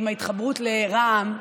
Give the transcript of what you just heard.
עם ההתחברות לרע"מ,